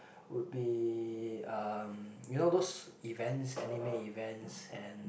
would be um you know those events anime events and